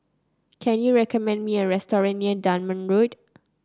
can you recommend me a restaurant near Dunman Road